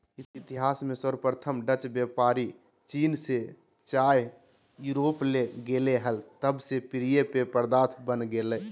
इतिहास में सर्वप्रथम डचव्यापारीचीन से चाययूरोपले गेले हल तब से प्रिय पेय पदार्थ बन गेलय